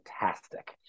fantastic